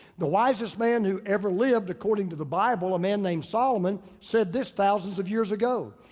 the wisest man who ever lived according to the bible, a man named solomon said this thousands of years ago.